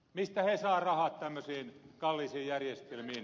mistä he saavat rahat tämmöisiin kalliisiin järjestelmiin